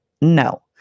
No